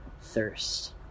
thirst